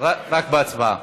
רק בהצבעה.